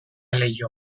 leiho